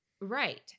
Right